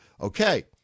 okay